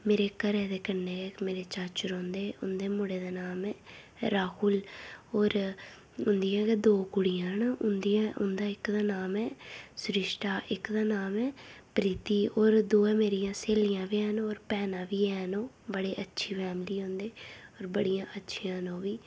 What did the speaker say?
मेरे घरै दे कन्नै इक मेरे चाचू रौंह्दे उं'दे मुड़े दा नाम ऐ राहुल होर उन्दियां गै दो कुड़ियां न उदियां उन्दा इक दा नाम ऐ सुरिष्टा इक दा नाम ऐ प्रीति होर दोए मेरियां स्हेलियां बी हैन होर भैनां बी हैन ओह् बड़े अच्छी फैमिली ऐ उंं'दी होर बड़ियां अच्छियां न ओह् बी